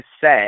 set